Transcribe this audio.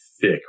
thick